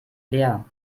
leer